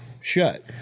shut